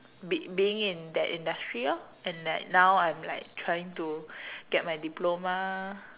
be being in that industry lor and like now I'm like trying to get my diploma